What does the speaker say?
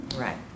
Right